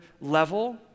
level